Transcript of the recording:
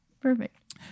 perfect